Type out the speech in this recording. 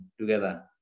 together